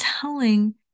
telling